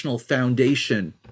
foundation